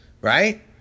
right